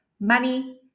money